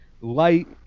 light